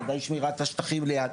ודאי שמירת השטחים ליד,